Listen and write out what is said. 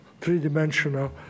three-dimensional